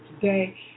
today